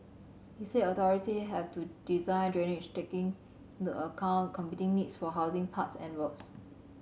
he said authority have to design drainage taking into account competing needs for housing parks and roads